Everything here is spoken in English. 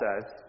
says